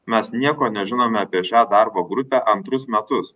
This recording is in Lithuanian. mes nieko nežinome apie šią darbo grupę antrus metus